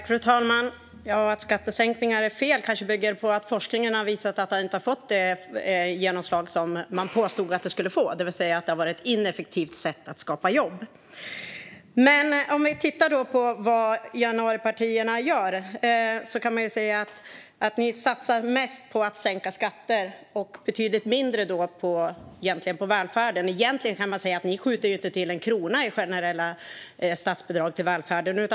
Fru talman! Att skattesänkningar är fel kanske bygger på att forskning har visat att de inte har fått det genomslag som man påstod att de skulle få. Det har alltså varit ett ineffektivt sätt att skapa jobb. Om vi tittar på vad ni januaripartier gör, Emil Källström, ser vi att ni satsar mest på att sänka skatter och betydligt mindre på välfärden. Ni skjuter egentligen inte till en krona i generella statsbidrag till välfärden.